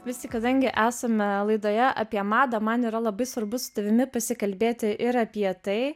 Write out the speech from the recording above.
vis tik kadangi esame laidoje apie madą man yra labai svarbu su tavimi pasikalbėti ir apie tai